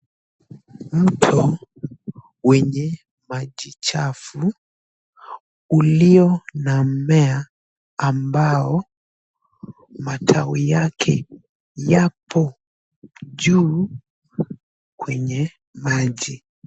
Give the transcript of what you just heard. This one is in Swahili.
Mto wenye maji chafu, ulio na mmea ambao matawi yake yapo juu kwenye maji.